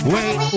Wait